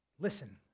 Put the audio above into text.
Listen